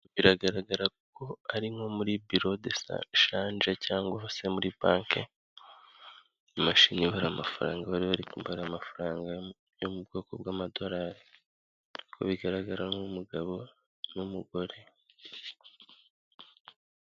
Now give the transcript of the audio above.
Biragaragara ko ari nko muri bilode delishanje cyangwa se muri banki imashini ibara amafaranga baribari kumara amafaranga yo mu bwoko bw'amadorari kuko bigaragara nk'umugabo nu mugore.